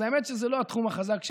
אז האמת שזה לא התחום החזק שלי,